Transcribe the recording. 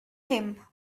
him